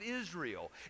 Israel